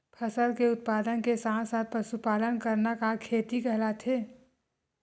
फसल के उत्पादन के साथ साथ पशुपालन करना का खेती कहलाथे?